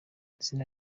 izina